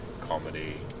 comedy